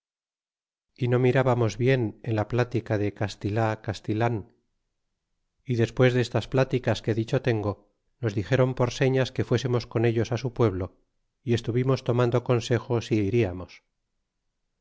y no mirábamos bien en la plática de castilá castilan y despues destas pláticas que dicho tengo nos dixéron por señas que fuesemos con ellos á su pueblo y estuvimos tomando consejo si iríamos